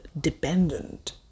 dependent